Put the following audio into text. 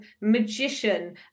magician